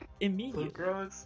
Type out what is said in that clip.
immediately